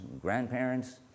grandparents